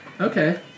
Okay